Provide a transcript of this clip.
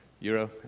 Euro